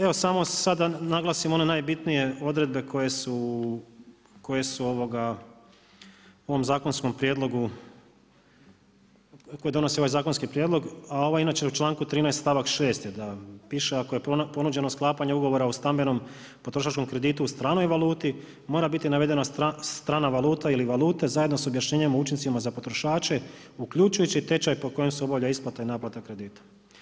Evo samo sad da naglasim ono najbitnije odredbe koje su u ovom zakonskom prijedlogu, koje donose ovaj zakonski prijedlog, a ovo je inače u članku 13. stavak 6. Piše ako je ponuđeno sklapanje ugovora o stambenom potrošačkom kreditu u stranoj valuti mora biti navedena strana valuta ili valute zajedno sa objašnjenjem o učincima za potrošače uključujući i tečaj po kojem se obavlja isplata i naplata kredita.